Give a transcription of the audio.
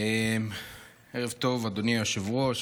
ערב טוב, אדוני היושב-ראש.